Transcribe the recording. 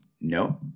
No